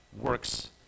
works